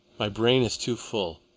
my brain is too full.